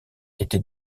était